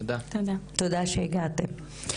תודה שהגעתם.